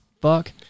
fuck